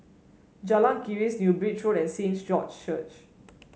Jalan Keris New Bridge Road and Saint George's Church